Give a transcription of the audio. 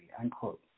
Unquote